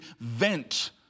vent